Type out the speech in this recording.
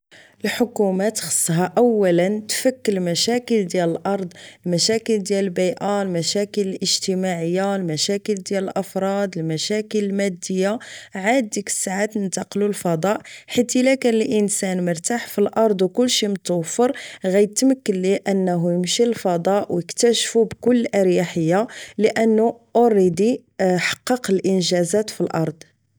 الحكومات خصها اولا تفك المشاكل ديال الارض المشكل ديال البيئة المشاكل الاجتماعية. المشاكل ديال الافراد المشاكل الماديه. عاد ديك الساعه تنتقلوا للفضاء حيت اذا كان الانسان مرتاح في الارض وكلشي متوفر يتمكن ليه انه يمشي للفضاء ويكتشفوا بكل اريحيه لانه اوريدي حقق الانجازات في الارض